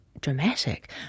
dramatic